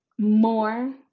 more